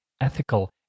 ethical